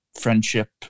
friendship